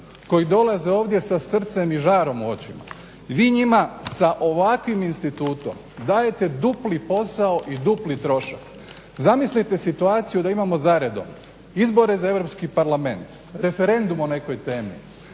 koji dolaze ovdje sa srcem i žarom u očima i vi njima sa ovakvim institutom dajete dupli posao i dupli trošak. Zamislite situaciju da imamo za redom izbore za Europski parlament, referendum o nekoj temi,